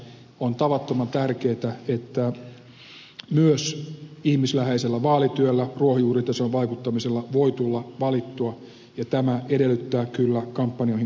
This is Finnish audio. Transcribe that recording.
on tavattoman tärkeätä että myös ihmisläheisellä vaalityöllä ruohonjuuritasoon vaikuttamisella voi tulla valittua ja tämä edellyttää kyllä kampanjoiden kokoihin puuttumista